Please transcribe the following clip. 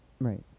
Right